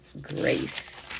grace